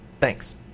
Thanks